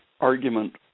argument